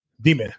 dime